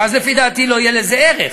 שאז, לפי דעתי, לא יהיה לזה ערך,